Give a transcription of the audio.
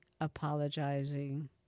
apologizing